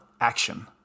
action